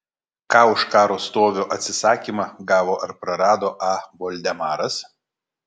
ką už karo stovio atsisakymą gavo ar prarado a voldemaras